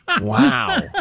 Wow